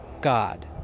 God